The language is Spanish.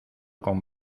con